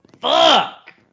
fuck